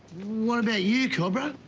what about you, cobra?